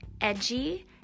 edgy